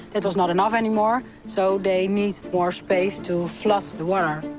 it was not enough anymore, so they need more space to flood the water.